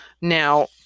Now